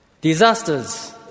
Disasters